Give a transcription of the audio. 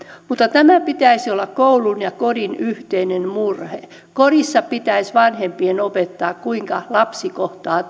mutta tämän pitäisi olla koulun ja kodin yhteinen murhe kodissa pitäisi vanhempien opettaa kuinka lapsi kohtaa